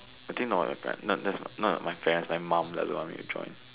I think not my parents not my my mom doesn't want me to join